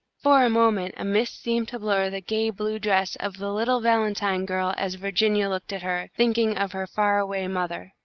for a moment, a mist seemed to blur the gay blue dress of the little valentine girl as virginia looked at her, thinking of her far-away mother.